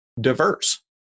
diverse